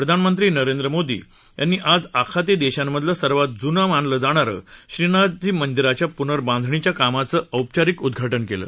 प्रधानमंत्री नरेंद्र मोदी यांनी आज आखाती देशांमधलं सर्वात जुनं मानलं जाणाऱ्या श्रीनाथजी मंदीराच्या पुनर्बांधणीच्या कामाचं औपचारिक उद्घाटन केलं